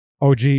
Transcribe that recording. OG